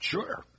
Sure